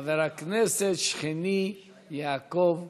חבר הכנסת, שכני, יעקב פרי.